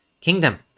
kingdom